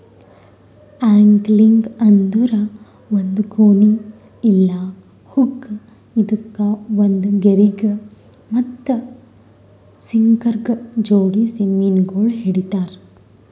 angling ಅಂದುರ್ ಒಂದ್ ಕೋನಿ ಇಲ್ಲಾ ಹುಕ್ ಇದುಕ್ ಒಂದ್ ಗೆರಿಗ್ ಮತ್ತ ಸಿಂಕರಗ್ ಜೋಡಿಸಿ ಮೀನಗೊಳ್ ಹಿಡಿತಾರ್